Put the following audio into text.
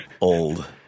old